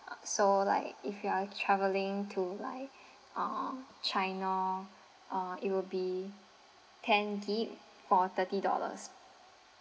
uh so like if you are travelling to like uh china uh it will be ten G_B for thirty dollars